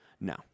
No